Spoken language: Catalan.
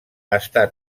està